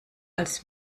als